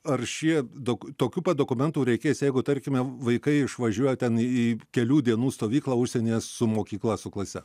ar šie dok tokių pat dokumentų reikės jeigu tarkime vaikai išvažiuoja ten į kelių dienų stovyklą užsienyje su mokykla su klase